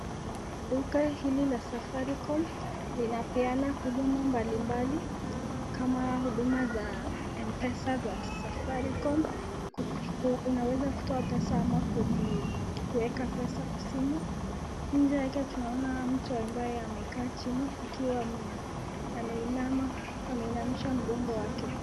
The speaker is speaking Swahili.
Duka hili la Safaricom linapeana huduma mbalimbali kama huduma za M-Pesa za Safaricom. Unaweza kutoa pesa ama kujiweka pesa kwa simu. Nje yake tunaona mtu ambaye amekaa chini akiwa ameinama ameinamisha mgongo wake.